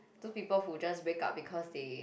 those people who just break up because they